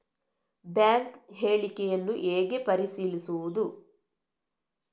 Bank ಹೇಳಿಕೆಯನ್ನು ಹೇಗೆ ಪರಿಶೀಲಿಸುವುದು?